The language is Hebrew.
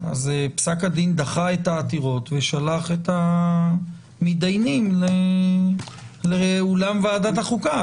אז פסק הדין דחה את העתירות ושלח את המתדיינים לאולם ועדת החוקה.